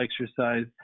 exercise